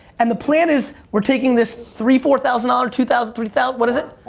and the plan is, we're taking this three, four thousand dollar, two thousand, three thousand, what is it?